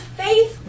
faith